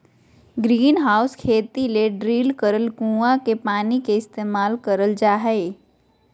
greenhouse खेती ले drill करल कुआँ के पानी के इस्तेमाल करल जा हय